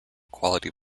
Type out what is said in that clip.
quality